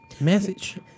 message